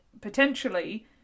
potentially